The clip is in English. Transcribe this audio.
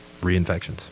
reinfections